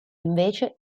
invece